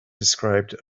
described